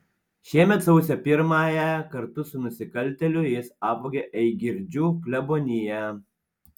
šiemet sausio pirmąją kartu su vienu nusikaltėliu jis apvogė eigirdžių kleboniją